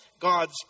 God's